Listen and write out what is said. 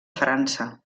frança